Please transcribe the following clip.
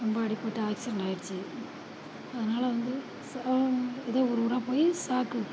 ரொம்ப அடிப்பட்டு ஆக்சென்ட் ஆயிடிச்சு அதனால் வந்து ச இதுதான் ஊர் ஊராக போய் சாக்கு